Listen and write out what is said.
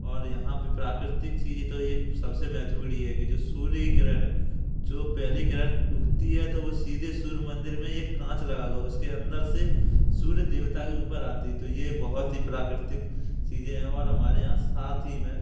और यहाँ पर प्राकृतिक चीज तो एक सबसे महत्वपूर्ण ये है कि जो सूर्य की किरण है जो पहली किरण उगती है तो वो सीधे सूर्य मंदिर में एक काँच लगा हुआ उसके अंदर से सूर्य देवता के ऊपर आती है तो ये बहुत ही प्राकृतिक चीजें हैं और हमारे यहाँ साथ ही में